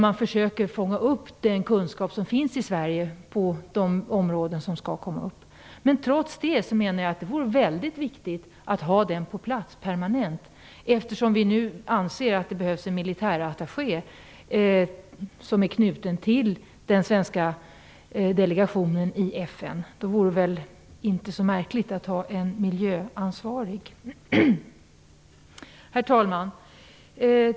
Man försöker fånga upp den kunskap som finns i Sverige på de områden som är aktuella. Trots detta vore det väldigt viktigt att ha en miljöattaché permanent på plats, eftersom det anses att det behövs en militärattaché som är knuten till den svenska delegationen. Då vore det väl inte så märkligt att ha en miljöansvarig. Herr talman!